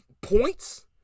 points